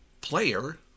player